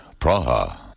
Praha